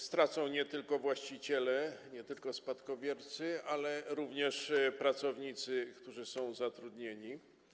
Stracą nie tylko właściciele, nie tylko spadkobiercy, ale również pracownicy, którzy są tam zatrudnieni.